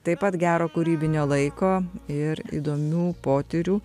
taip pat gero kūrybinio laiko ir įdomių potyrių